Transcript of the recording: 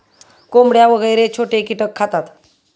कोंबड्या वगैरे छोटे कीटक खातात